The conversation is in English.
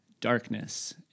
darkness